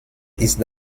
ist